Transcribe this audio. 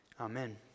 Amen